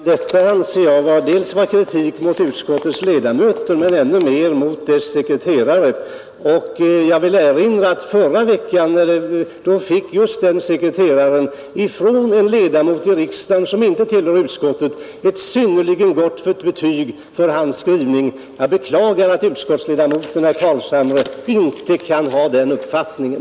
Herr talman! Denna kritik riktar sig, anser jag, dels mot utskottets ledamöter, dels — och ännu mer — mot dess sekreterare. Jag vill erinra om att just denne sekreterare förra veckan av en ledamot som inte tillhör utskottet fick ett synnerligen gott betyg för sina skrivningar. Jag beklagar att utskottsledamoten herr Carlshamre inte delar den uppfattningen.